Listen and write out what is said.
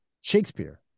Shakespeare